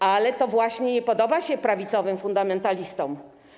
Ale to właśnie nie podoba się prawicowym fundamentalistom.